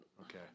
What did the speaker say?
Okay